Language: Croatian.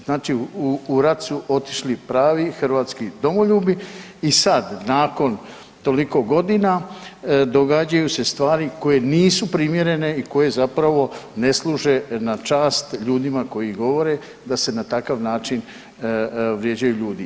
Znači u rat su otišli pravi hrvatski domoljubi i sad nakon toliko godinama događaju se stvari koje nisu primjerene i koje zapravo ne služe na čast ljudima koji govore da se na takav način vrijeđaju ljudi.